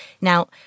Now